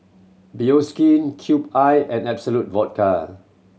Bioskin Cube I and Absolut Vodka